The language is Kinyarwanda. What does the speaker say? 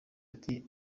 ati